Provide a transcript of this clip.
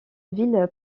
ville